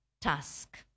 task